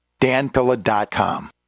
danpilla.com